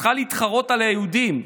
צריכה להתחרות על היהודים.